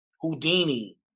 Houdini